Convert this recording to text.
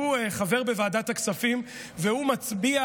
שהוא חבר בוועדת הכספים, מצביע